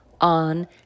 on